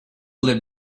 live